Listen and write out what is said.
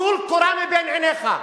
דבר על סוריה.